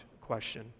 question